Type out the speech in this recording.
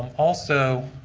also.